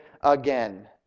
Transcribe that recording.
again